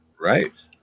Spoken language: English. Right